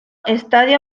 estadio